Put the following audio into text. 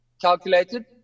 calculated